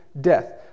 Death